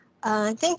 Thank